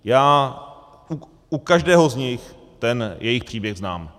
Já u každého z nich ten jejich příběh znám.